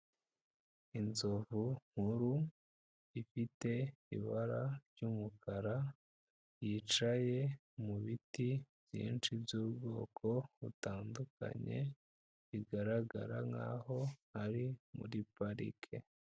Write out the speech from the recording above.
Inzovu nkuru ifite ibara ry'umukara, yicaye mu biti byinshi by'ubwoko butandukanye bigaragara nk'aho ari muri parike.